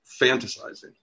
fantasizing